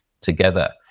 together